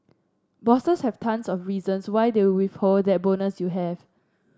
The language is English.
bosses have tons of reasons why they withhold that bonus you have